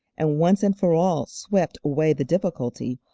and once and for all swept away the difficulty,